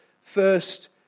first